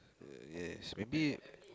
uh yes maybe